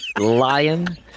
Lion